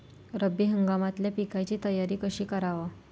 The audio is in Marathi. रब्बी हंगामातल्या पिकाइची तयारी कशी कराव?